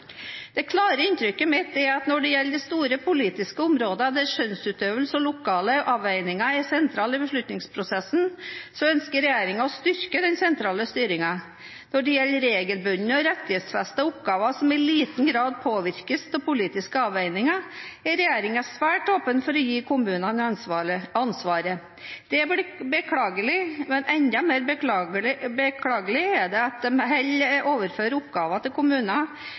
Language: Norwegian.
Det klare inntrykket mitt er at når det gjelder de store politiske områdene, der skjønnsutøvelse og lokale avveininger er sentrale i beslutningsprosessen, ønsker regjeringen å styrke den sentrale styringen. Når det gjelder regelbundne og rettighetsfestede oppgaver, som i liten grad påvirkes av politiske avveininger, er regjeringen svært åpen for å gi kommunene ansvaret. Det er beklagelig, men enda mer beklagelig er det at de overfører til kommunene